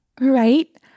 Right